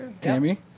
Tammy